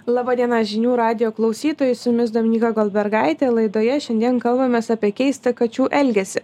laba diena žinių radijo klausytojai su jumis dominiks goldbergaitė laidoje šiandien kalbamės apie keistą kačių elgesį